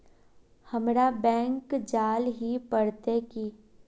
हमरा बैंक जाल ही पड़ते की?